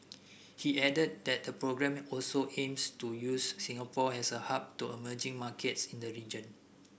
he added that the programme also aims to use Singapore as a hub to emerging markets in the region